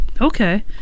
Okay